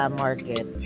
market